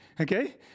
Okay